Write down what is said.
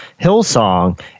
Hillsong